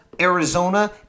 Arizona